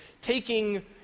taking